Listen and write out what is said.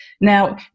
Now